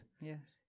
Yes